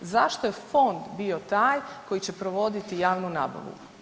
Zašto je fond bio taj koji će provoditi javnu nabavu?